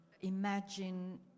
imagine